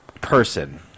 person